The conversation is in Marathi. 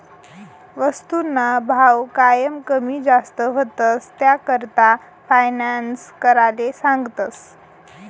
वस्तूसना भाव कायम कमी जास्त व्हतंस, त्याकरता फायनान्स कराले सांगतस